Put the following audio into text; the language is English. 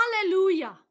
Hallelujah